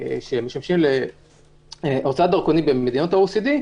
שמשמשים להוצאת דרכונים במדינות ה-OECD,